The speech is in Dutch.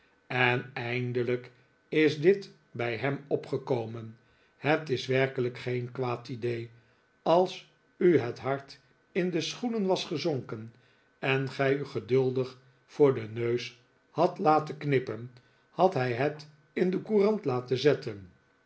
en eindelijk is dit bij hem opgekomen het is werkelijk geen kwaad idee als li het hart in de schoenen was gezonken en gij u geduldig voor den neus hadt laten knippen had hij het in de courant laten zetten